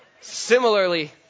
Similarly